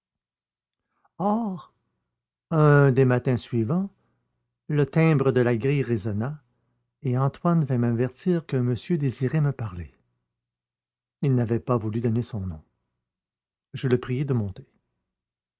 un des matins suivants le timbre de la grille résonna et antoine vint m'avertir qu'un monsieur désirait me parler il n'avait pas voulu donner son nom je le priai de monter